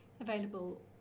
available